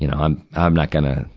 you know i'm, i'm not gonna,